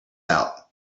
out